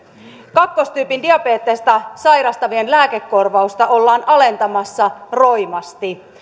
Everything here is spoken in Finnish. kakkostyypin diabetesta sairastavien lääkekorvausta ollaan alentamassa roimasti